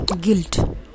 guilt